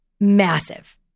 massive